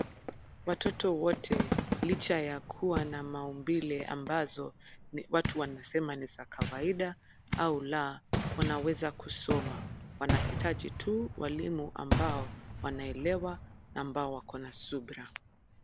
Watoto wote licha ya kuwa na maumbile ambazo watu wanasema ni za kawaida au la wanaweza kusoma. Wanahitaji tu walimu ambao wanaelewa na ambao wako na subra.